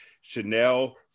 Chanel